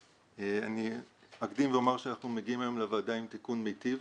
אני אקדים ואומר שאנחנו מגיעים היום לוועדה עם תיקון מיטיב,